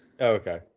Okay